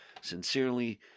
Sincerely